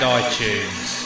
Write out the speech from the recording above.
iTunes